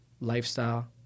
Lifestyle